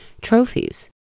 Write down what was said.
trophies